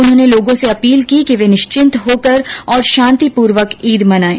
उन्होंने लोगों से अपील की कि वे निश्चिन्त होकर और शांतिपूर्वक ईद मनाएं